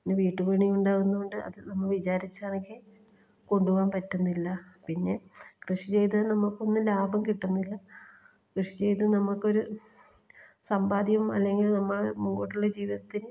പിന്നെ വീട്ട് പണിയുണ്ടാകുന്നതുകൊണ്ട് അത് നമ്മൾ വിചാരിച്ച കണക്കേ കൊണ്ട് പോകാൻ പറ്റുന്നില്ല പിന്നെ കൃഷി ചെയ്താൽ നമുക്കൊന്നും ലാഭം കിട്ടുന്നില്ല കൃഷി ചെയ്ത് നമുക്കൊരു സമ്പാദ്യം അല്ലെങ്കിൽ നമ്മളെ മുമ്പോട്ടുള്ള ജീവിതത്തിന്